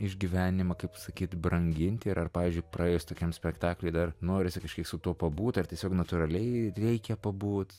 išgyvenimą kaip sakyt branginti ir ar pavyzdžiui praėjus tokiam spektakliui dar norisi kažkiek su tuo pabūt ar tiesiog natūraliai reikia pabūt